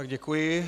Děkuji.